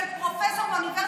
על נתונים של פרופ' מהאוניברסיטה,